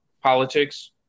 politics